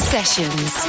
Sessions